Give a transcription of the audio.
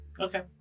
Okay